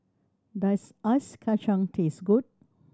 does Ice Kachang taste good